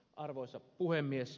arvoisa puhemies